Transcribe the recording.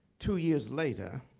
two years later,